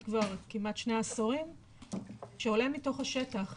כבר כמעט שני עשורים שעולה מתוך השטח,